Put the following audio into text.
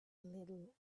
little